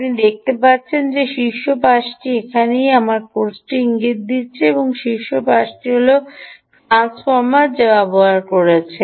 আপনি দেখতে পাচ্ছেন যে এই শীর্ষ পাশটি যেখানেই আমি আমার কার্সারটিকে ইঙ্গিত করেছি এই শীর্ষ পাশটি হল ট্রান্সফরমার যা ব্যবহার করা হয়েছে